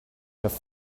have